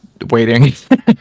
waiting